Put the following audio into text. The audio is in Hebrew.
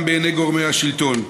גם בעיני גורמי השלטון.